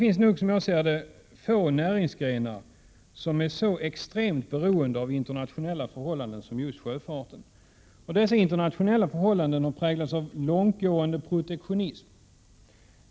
Som jag ser det finns det nog få näringsgrenar som är så extremt beroende av internationella förhållanden som just sjöfarten. Dessa internationella förhållanden präglas av långtgående protektionism.